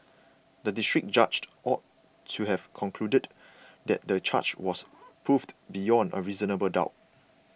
the District Judged ought to have concluded that the charge was proved beyond a reasonable doubt